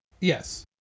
Yes